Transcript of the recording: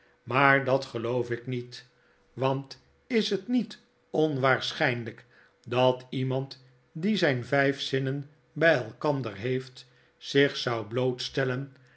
maar dat geloof ik niet want is het niet onwaarschynlijk dat iemand die zyn vyf zinnen by elkander heeft zich zou